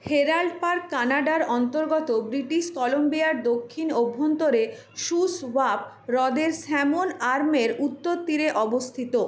Herald Park কানাডার অন্তর্গত British কলম্বিয়ার দক্ষিণ অভ্যন্তরে শুসওয়াপ হ্রদের স্যামন আর্মের উত্তর তীরে অবস্থিত